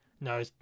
no